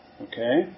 Okay